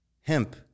Hemp